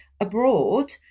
abroad